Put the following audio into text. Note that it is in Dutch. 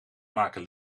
maken